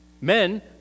Men